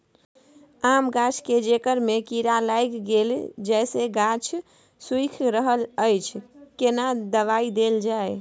आम गाछ के जेकर में कीरा लाईग गेल जेसे गाछ सुइख रहल अएछ केना दवाई देल जाए?